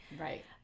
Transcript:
right